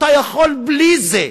אתה יכול בלי זה.